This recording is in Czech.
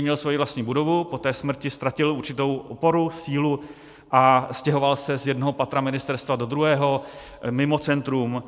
Měl svoji vlastní budovu, po té smrti ztratil určitou oporu, sílu a stěhoval se z jednoho patra ministerstva do druhého, mimo centrum.